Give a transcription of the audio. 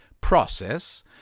process